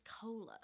cola